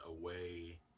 away